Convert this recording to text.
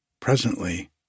Presently